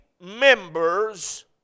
members